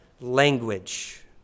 language